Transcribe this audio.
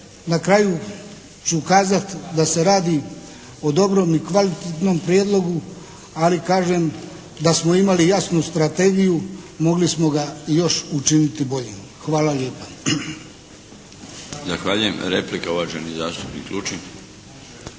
na kraju ću kazati da se radi o dobrom i kvalitetnom prijedlogu. Ali kažem, da smo imali jasnu strategiju mogli smo ga i još učiniti boljim. Hvala lijepa. **Milinović, Darko (HDZ)** Zahvaljujem. Replika, uvaženi zastupnik Lučin.